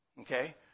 Okay